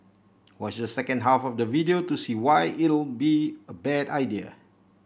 watch the second half of the video to see why it'll be a bad idea